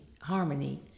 harmony